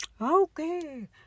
Okay